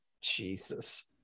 Jesus